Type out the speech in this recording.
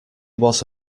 was